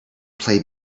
play